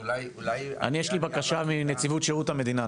יש לי בקשה מנציבות שירות המדינה,